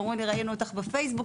ואומרים לי ראינו אותך בפייסבוק,